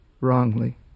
wrongly